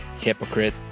Hypocrite